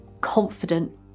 confident